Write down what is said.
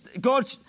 God